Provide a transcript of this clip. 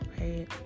right